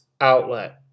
outlet